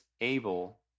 able